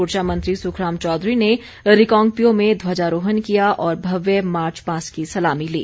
ऊर्जा मंत्री सुखराम चौधरी ने रिकांगपिओ में ध्वजारोहण किया और भव्य मार्च पास्ट की सलामी ली